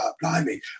blimey